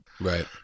Right